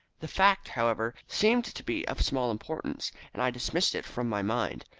the fact, however, seemed to be of small importance, and i dismissed it from my mind.